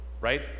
right